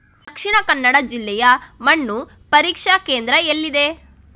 ದಕ್ಷಿಣ ಕನ್ನಡ ಜಿಲ್ಲೆಯಲ್ಲಿ ಮಣ್ಣು ಪರೀಕ್ಷಾ ಕೇಂದ್ರ ಎಲ್ಲಿದೆ?